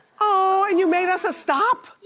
aww, and you made us a stop? yeah